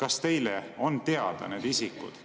kas teile on teada need isikud,